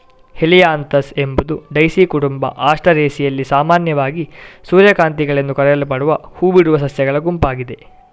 Helianthus ಎಂಬುದು daisy ಕುಟುಂಬ ಆಸ್ಟರೇಸಿಯಲ್ಲಿ ಸಾಮಾನ್ಯವಾಗಿ ಸೂರ್ಯಕಾಂತಿಗಳೆಂದು ಕರೆಯಲ್ಪಡುವ ಹೂ ಬಿಡುವ ಸಸ್ಯಗಳ ಗುಂಪಾಗಿದೆ